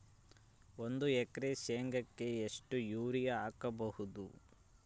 ಒಂದು ಎಕರೆ ಶೆಂಗಕ್ಕೆ ಎಷ್ಟು ಯೂರಿಯಾ ಬೇಕಾಗಬಹುದು?